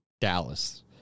Dallas